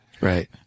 Right